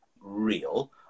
real